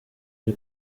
uri